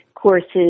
courses